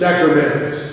Sacraments